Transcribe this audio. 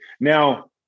Now